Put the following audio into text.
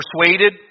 persuaded